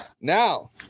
Now